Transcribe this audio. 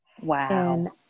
Wow